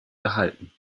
gehalten